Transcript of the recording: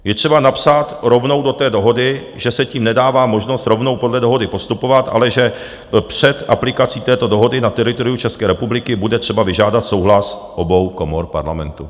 Je třeba napsat rovnou do té dohody, že se tím nedává možnost rovnou podle dohody postupovat, ale že před aplikací této dohody na teritoriu České republiky bude třeba vyžádat souhlas obou komor Parlamentu.